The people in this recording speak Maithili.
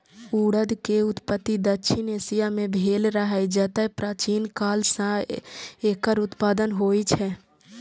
उड़द के उत्पत्ति दक्षिण एशिया मे भेल रहै, जतय प्राचीन काल सं एकर उत्पादन होइ छै